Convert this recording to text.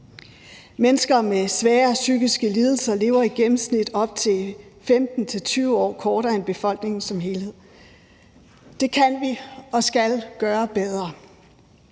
Mennesker med svære psykiske lidelser lever i gennemsnit op til 15-20 år kortere end befolkningen som helhed. Det kan og skal vi gøre